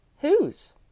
Whose